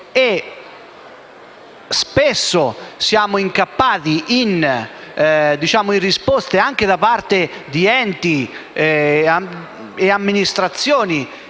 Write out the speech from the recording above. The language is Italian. Spesso siamo incappati in risposte, anche da parte di enti e amministrazioni,